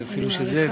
אפילו שזה,